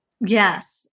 Yes